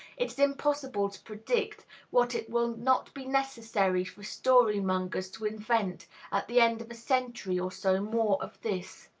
it is impossible to predict what it will not be necessary for story-mongers to invent at the end of a century or so more of this.